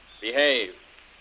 Behave